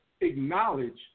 acknowledge